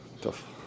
Tough